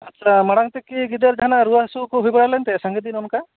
ᱛᱟᱪᱷᱟᱲᱟ ᱢᱟᱲᱟᱝ ᱛᱮᱠᱤ ᱜᱤᱫᱟᱹᱨ ᱡᱟᱦᱟᱸ ᱱᱟᱜ ᱨᱩᱣᱟᱹ ᱦᱟᱹᱥᱩ ᱠᱚ ᱦᱩᱭ ᱵᱟᱲᱟ ᱞᱮᱱ ᱛᱟᱭᱟ ᱥᱟᱜᱮᱛᱤ ᱱᱚᱜᱼᱚᱭ ᱱᱚᱠᱟ